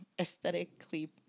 aesthetically